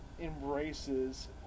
embraces